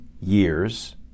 years